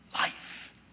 life